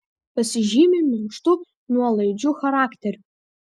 pasižymi minkštu nuolaidžiu charakteriu